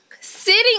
sitting